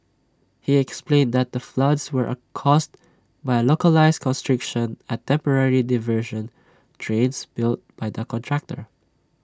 he explained that the floods were A caused by A localised constriction at temporary diversion drains built by the contractor